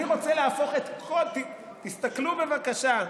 אני רוצה להפוך את כל, תסתכלו, בבקשה,